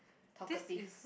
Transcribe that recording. talkative